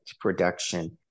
production